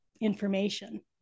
information